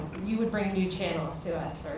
you would bring new channels to us,